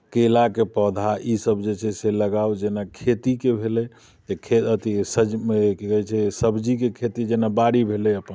केराके पौधा ईसभ जे छै से लगाउ जेना खेतीके भेलै तऽ खे अथी सज ओ की कहैत छै सब्जीके खेती जेना बाड़ी भेलै अपन